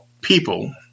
people